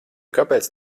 kāpēc